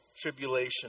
tribulation